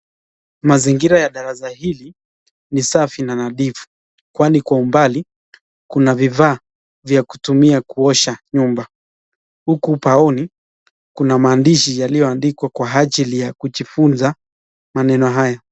Mazingira ya darasa hili ni safi na nadhifu kwani kwa umbali kuna vifaa vya kutumia kuosha nyumba. Huku ubaoni kuna maandishi yaliyoandikwa kwa ajili ya kujifunza maneno haya.